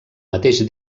mateix